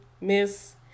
Miss